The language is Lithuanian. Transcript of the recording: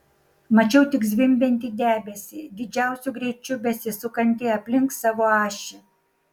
mačiau tik zvimbiantį debesį didžiausiu greičiu besisukantį aplink savo ašį